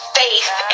faith